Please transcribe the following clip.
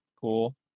cool